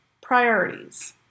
Priorities